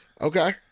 Okay